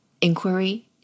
inquiry